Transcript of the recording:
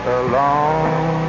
alone